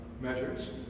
measures